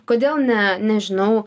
kodėl ne nežinau